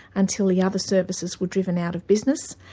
until the other services were driven out of business,